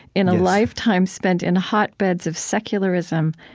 in a lifetime spent in hotbeds of secularism,